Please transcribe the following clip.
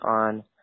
on